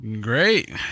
Great